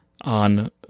on